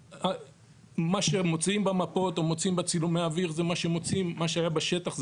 מה שמוצאים במפות או מוצאים בצילומי האוויר זה מה שהיה בשטח,